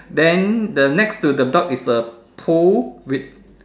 then the next to the dog is a pool with